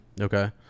Okay